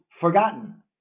forgotten